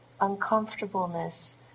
uncomfortableness